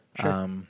sure